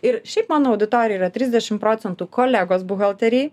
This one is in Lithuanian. ir šiaip mano auditorija yra trisdešim procentų kolegos buhalteriai